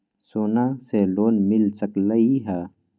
सोना से लोन मिल सकलई ह?